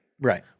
Right